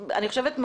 אני חושבת,